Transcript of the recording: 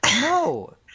No